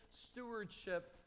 stewardship